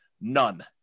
None